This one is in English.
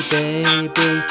baby